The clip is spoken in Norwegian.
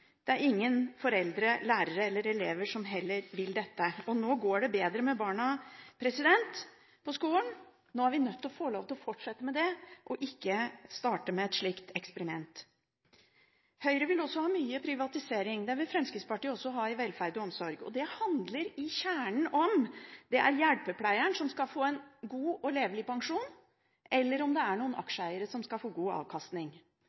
Det er heller ingen foreldre, lærere eller elever som vil dette. Nå går det bedre med barna på skolen. Nå er vi nødt til å få lov til å fortsette med det, og ikke starte med et slikt eksperiment. Høyre vil ha mye privatisering. Det vil også Fremskrittspartiet ha innen velferd og omsorg. Det handler i kjernen om: Er det hjelpepleieren som skal få en god og levelig pensjon, eller er det noen aksjeeiere som skal få god avkastning?